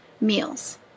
Meals